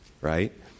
right